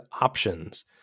options